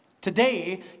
Today